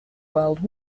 world